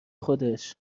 خودش